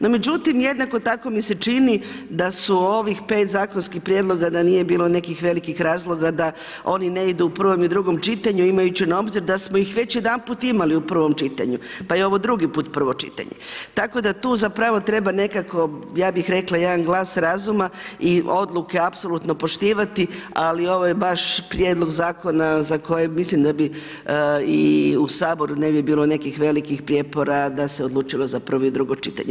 No međutim jednako tamo mi se čini da su ovih pet zakonskih prijedloga da nije bilo nekih velikih razloga da oni ne idu u prvom i drugom čitanju imajući na obzir da smo ih već jedanput imali u prvom čitanju, pa je ovo drugi put prvo čitanje, tako da tu treba nekako ja bih rekla jedan glas razuma i odluke apsolutno poštivati, ali ovo je baš prijedlog zakona za koji mislim da i u Saboru ne bi bilo nekakvih velikih prijepora da se odlučilo i prvo i drugo čitanje.